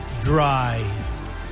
dry